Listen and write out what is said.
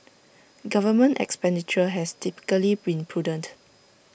government expenditure has typically been prudent